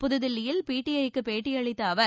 புதுதில்லியில் பிடிஐக்கு பேட்டியளித்த அவர்